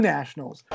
Nationals